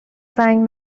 زنگ